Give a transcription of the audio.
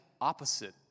opposite